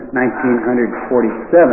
1947